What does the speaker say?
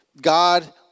God